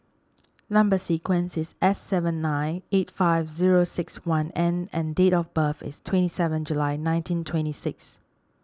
Number Sequence is S seven nine eight five zero six one N and date of birth is twenty seven July nineteen twenty six